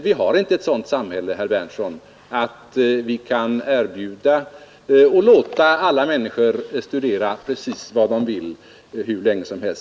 Vårt samhälle är inte sådant att det kan erbjuda alla människor att studera precis vad de vill hur länge som helst.